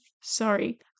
sorry